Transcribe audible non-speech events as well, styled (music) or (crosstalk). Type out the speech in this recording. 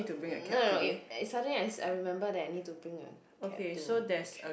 (noise) suddenly I I remember that I need to bring a cap to my trip